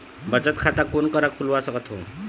बचत खाता कोन करा खुलवा सकथौं?